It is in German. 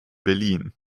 berlin